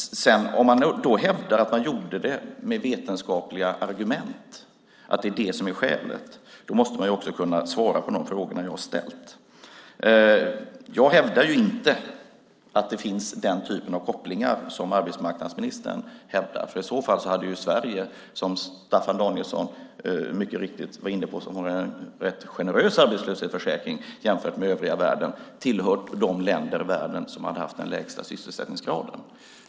Om man då hävdar att man gjorde det med vetenskapliga argument, att det är det som är skälet, måste man också kunna svara på de frågor jag har ställt. Jag hävdar inte att det finns den typen av kopplingar som arbetsmarknadsministern hävdar, för i så fall hade Sverige - som, vilket Staffan Danielsson mycket riktigt var inne på, har en rätt generös arbetslöshetsförsäkring jämfört med övriga världen - tillhört de länder i världen som haft den lägsta sysselsättningsgraden.